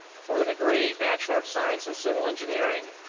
for the degree bachelor of science in civil engineering,